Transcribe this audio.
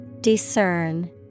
Discern